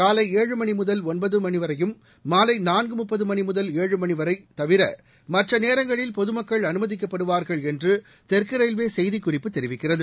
காலை ஏழு மணி முதல் ஒன்பது முப்பது மணி வரையும் மாலை நான்கு முப்பது மணி முதல் ஏழு மணி வரை தவிர மற்ற நேரங்களில் பொது மக்கள் அனுமதிக்கப்படுவார்கள் என்று தெற்கு ரயில்வே செய்திக் குறிப்பு தெரிவிக்கிறது